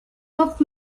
hop